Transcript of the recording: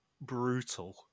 brutal